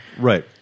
Right